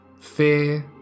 fear